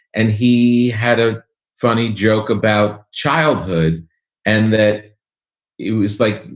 and he had a funny joke about childhood and that it was like,